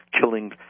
killing